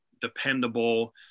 dependable